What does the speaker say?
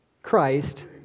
Christ